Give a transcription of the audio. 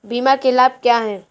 बीमा के लाभ क्या हैं?